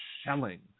shelling